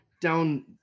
down